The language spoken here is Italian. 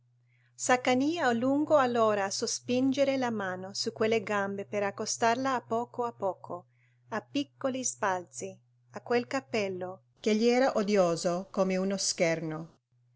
s'accanì a lungo allora a sospingere la mano su quelle gambe per accostarla a poco a poco a piccoli sbalzi a quel capello che gli era odioso come uno scherno